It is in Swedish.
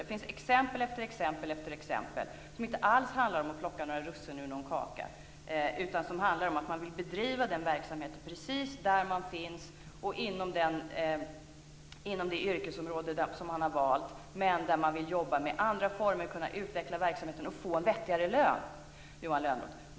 Det finns exempel efter exempel där det inte alls handlar om att plocka russinen ur kakan. Det handlar om att man vill bedriva verksamheten precis där man finns och inom det yrkesområde som man har valt, men man vill jobba med andra former, kunna utveckla verksamheten och få en vettigare lön.